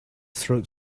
throat